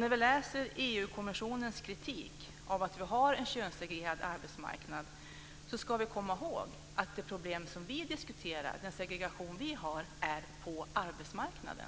När vi läser EU-kommissionens kritik av att vi har en könssegregerad arbetsmarknad ska vi komma ihåg att det problem som vi diskuterar och den segregation som vi har är på arbetsmarknaden.